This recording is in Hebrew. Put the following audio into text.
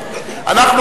עכשיו,